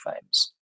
FAMES